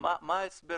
מה ההסבר